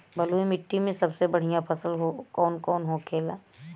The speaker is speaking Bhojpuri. बलुई मिट्टी में सबसे बढ़ियां फसल कौन कौन होखेला?